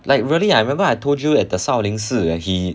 like really I remember I told you at the 少林寺 like he